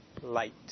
light